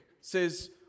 says